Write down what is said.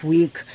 Week